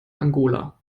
angola